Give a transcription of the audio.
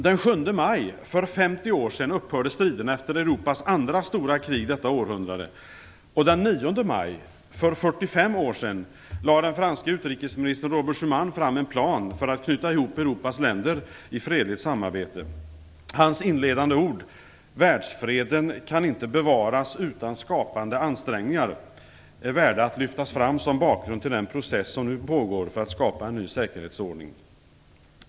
Den 7 maj för 50 år sedan upphörde striderna efter Robert Schuman fram en plan för att knyta ihop Europas länder i fredligt samarbete. Hans inledande ord "världsfreden kan inte bevaras utan skapande ansträngningar", är värda att lyftas fram som bakgrund till den process som nu pågår för att skapa en ny säkerhetsordning.